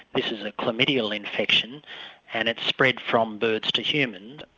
this is a chlamydial infection and it's spread from birds to humans.